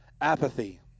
apathy